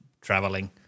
traveling